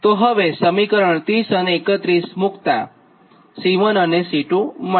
તો હવે સમીકરણ 30 અને 31 મુક્તાં C 1 અને C 2 મળે